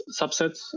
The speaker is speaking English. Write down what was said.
subsets